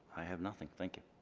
i have nothing. thank you.